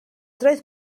roedd